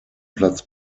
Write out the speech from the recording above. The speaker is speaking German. platz